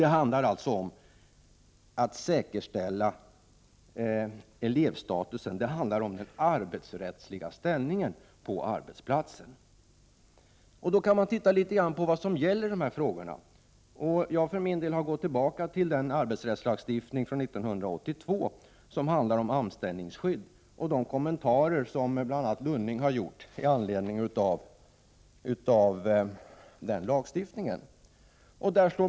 Det handlar om att säkerställa elevstatusen, dvs. den arbetsrättsliga ställningen på arbetsplatsen. Man får titta litet grand på vad som gäller vid dessa frågor. För min del har jag gått tillbaka till arbetsrättslagstiftningen från 1982 som handlar om anställningsskydd och de kommentarer som bl.a. Lars Lunning har gjort.